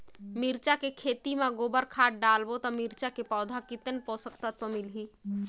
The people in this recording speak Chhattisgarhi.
मिरचा के खेती मां गोबर खाद डालबो ता मिरचा के पौधा कितन पोषक तत्व मिलही?